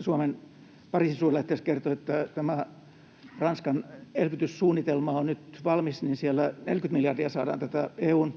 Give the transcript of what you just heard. Suomen Pariisin-suurlähettiläs kertoi, että Ranskan elvytyssuunnitelma on nyt valmis. Siellä 40 miljardia saadaan tätä EU:n